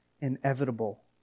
inevitable